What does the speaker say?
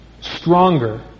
stronger